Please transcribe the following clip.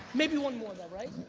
maybe one more though, right?